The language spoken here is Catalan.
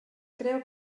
creu